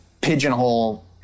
pigeonhole